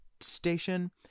station